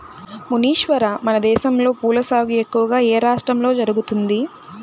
మునీశ్వర, మనదేశంలో పూల సాగు ఎక్కువగా ఏ రాష్ట్రంలో జరుగుతుంది